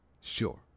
Sure